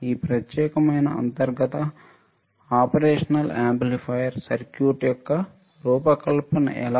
ఈ ప్రత్యేకమైన అంతర్గత కార్యాచరణ యాంప్లిఫైయర్ సర్క్యూట్ యొక్క రూపకల్పన ఎలా